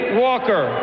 walker